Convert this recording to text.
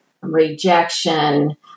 rejection